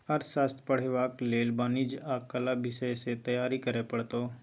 अर्थशास्त्र पढ़बाक लेल वाणिज्य आ कला विषय सँ तैयारी करय पड़तौ